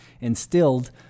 instilled